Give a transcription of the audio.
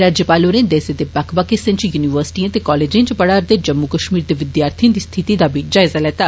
governor होरें देसै दे बक्ख बक्ख हिस्सें च युनिवर्सिटिएं ते कालेजें च पढ़ा'रदे जम्मू कष्मीर दे विद्यार्थिएं दी स्थिति दा बी जायजा लैता